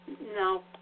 No